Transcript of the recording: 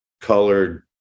colored